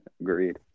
agreed